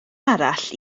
arall